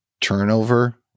turnover